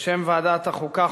בשם ועדת החוקה,